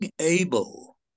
able